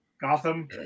Gotham